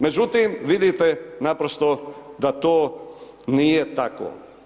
Međutim, vidite naprosto da to nije tako.